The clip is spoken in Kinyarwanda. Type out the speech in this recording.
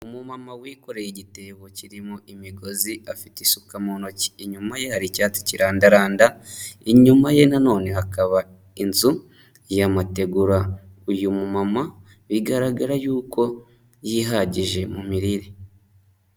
Umumama wikoreye igitebo kirimo imigozi, afite isuka mu ntoki, inyuma ye hari icyatsi kirandaranda, inyuma ye nanone hakaba inzu y'amategura, uyu mumama bigaragara y'uko yihagije mu mirire.